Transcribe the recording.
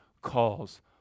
calls